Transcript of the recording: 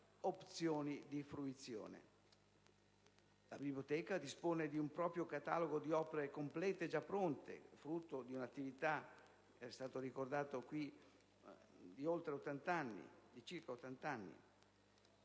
La biblioteca dispone di un proprio catalogo di opere complete già pronte frutto di un'attività di circa 80 anni